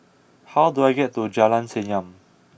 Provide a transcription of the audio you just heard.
how do I get to Jalan Senyum